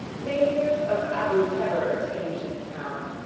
native of abu-keber's ancient town,